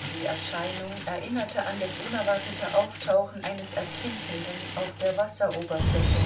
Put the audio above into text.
die erscheinung erinnerte an das unerwartete auftauchen eines ertrinkenden auf der wasseroberfläche